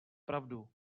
pravdu